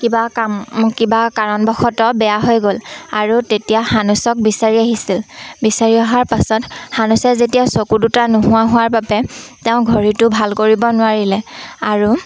কিবা কাম কিবা কাৰণবশতঃ বেয়া হৈ গ'ল আৰু তেতিয়া সানুচক বিচাৰি আহিছিল বিচাৰি অহাৰ পাছত সানুচে যেতিয়া চকু দুটা নোহোৱা হোৱাৰ বাবে তেওঁ ঘড়ীটো ভাল কৰিব নোৱাৰিলে আৰু